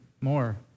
more